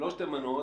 לא שתי מנות,